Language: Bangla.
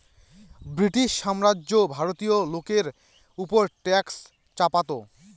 ব্রিটিশ সাম্রাজ্য ভারতীয় লোকের ওপর ট্যাক্স চাপাতো